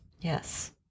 Yes